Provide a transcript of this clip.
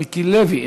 מיקי לוי,